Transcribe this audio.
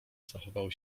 zachował